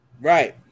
Right